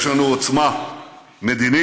יש לנו עוצמה מדינית,